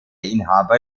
inhaber